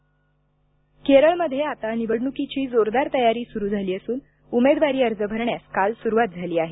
केरळ निवडणक केरळमध्ये आता निवडणुकीची जोरदार तयारी सुरू झाली असून उमेदवारी अर्ज भरण्यास काल सुरुवात झाली आहे